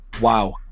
Wow